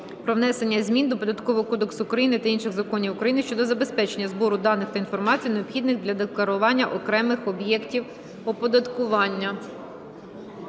кодексу України та інших законів України щодо забезпечення збору даних та інформації, необхідних для декларування окремих об'єктів оподаткування".